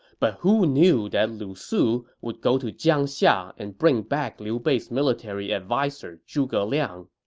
but who knew that lu su would go to jiangxia and bring back liu bei's military adviser, zhuge liang.